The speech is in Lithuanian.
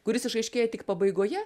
kuris išaiškėja tik pabaigoje